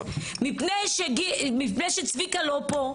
מפני שצביקה לא פה.